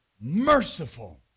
merciful